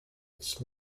its